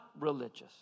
religious